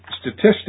statistics